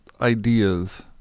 ideas